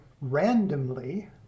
randomly